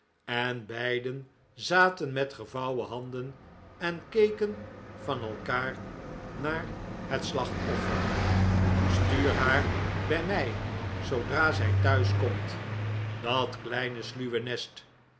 en beiden zaten met gevouwen handen en keken van elkaar naar het slachtoffer stuur haar bij mij zoodra zij thuis komt dat kleine sluwe nest